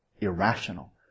irrational